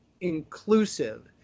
inclusive